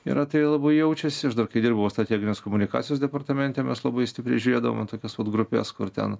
yra tai ir labai jaučiasi aš dar kai dirbau strateginės komunikacijos departamente mes labai stipriai žiūrėdavom į tokias grupes kur ten